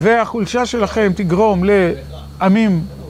והחולשה שלכם תגרום לעמים...